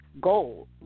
goal